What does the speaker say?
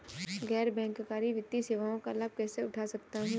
गैर बैंककारी वित्तीय सेवाओं का लाभ कैसे उठा सकता हूँ?